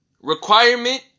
requirement